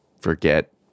forget